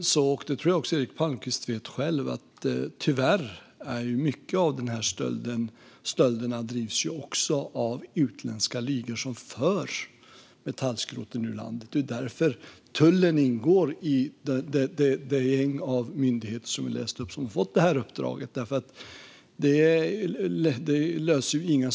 Jag tror att Eric Palmqvist själv vet att mycket av dessa stölder drivs av utländska ligor som för metallskrotet ur landet. Det är därför tullen ingår i det gäng av myndigheter som har fått detta uppdrag.